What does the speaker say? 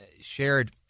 shared